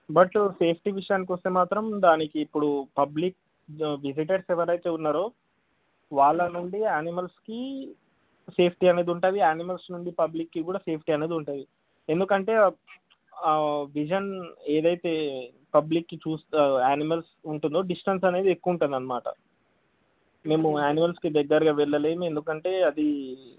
but safety విషయానికొస్తే మాత్రం దానికి ఇప్పుడు పబ్లిక్ విజిటర్స్ ఎవరైతే ఉన్నారో వాళ్ళ నుండి ఆనిమల్స్కి సేఫ్టీ అనేది ఉంటుంది ఆనిమల్స్ నుండి పబ్లిక్కి కూడా సేఫ్టీ అనేది ఉంటుంది ఎందుకంటే విజన్ ఏదైతే పబ్లిక్కి చూస్త ఆనిమల్స్ ఉంటుందో డిస్టెన్స్ అనేది ఎక్కువ ఉంటుందనమాట మేము ఆనిమల్స్కి దగ్గరగా వెళ్ళలేము ఎందుకంటే అది